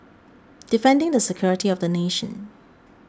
defending the security of the nation